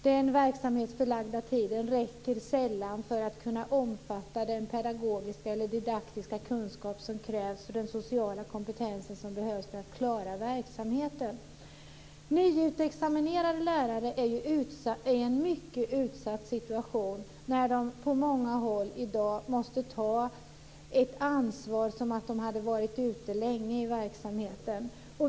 Den verksamhetsförlagda tiden räcker ju sällan för att kunna omfatta den pedagogiska eller didaktiska kunskap som krävs och den sociala kompetens som behövs för att klara verksamheten. Nyutexaminerade lärare är i en mycket utsatt situation. På många håll måste de ju i dag ta samma ansvar som om de länge hade varit ute i verksamheten.